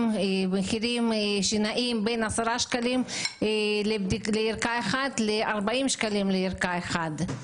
מחירים שנעים בין עשרה שקלים לערכה אחת ל-40 שקלים לערכה אחת.